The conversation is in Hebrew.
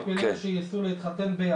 ומי חשב ומי פילל שיסעו להתחתן ביוון,